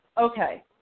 okay